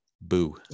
Boo